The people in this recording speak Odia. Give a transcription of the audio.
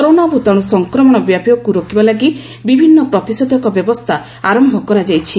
କରୋନା ଭୂତାଣୁ ସଂକ୍ରମଣ ବ୍ୟାପିବାକୁ ରୋକିବା ଲାଗି ବିଭିନ୍ନ ପ୍ରତିଷେଧକ ବ୍ୟବସ୍ଥା ଆରମ୍ଭ କରାଯାଇଛି